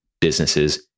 businesses